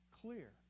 clear